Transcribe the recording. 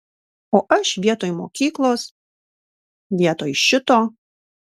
o aš vietoj mokyklos vietoj šito